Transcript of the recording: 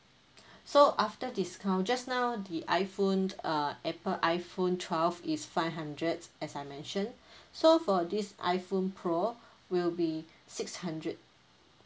so after discount just now the iphone uh apple iphone twelve is five hundred as I mentioned so for this iphone pro will be six hundred